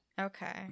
Okay